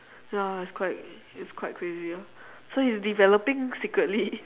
ya it's quite it's quite crazy ah so he's developing secretly